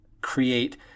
create